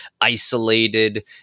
isolated